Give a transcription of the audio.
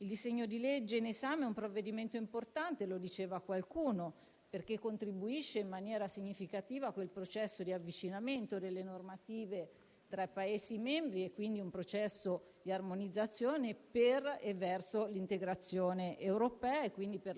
serie di articoli molto importanti, con i quali si dà attuazione a ben 33 direttive e 14 regolamenti europei. Di particolare interesse per il mio Gruppo